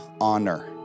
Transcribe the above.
honor